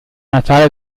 natale